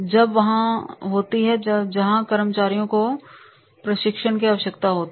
जेब वहाँ होती है जहाँ कर्मचारियों को प्रशिक्षण की आवश्यकता होती है